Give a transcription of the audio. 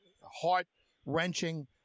heart-wrenching